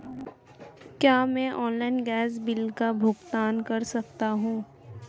क्या मैं online gas bill का भुगतान कर सकता हूँ?